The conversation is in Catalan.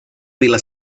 pila